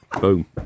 Boom